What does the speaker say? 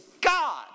God